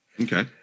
Okay